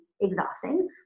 exhausting